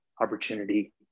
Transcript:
opportunity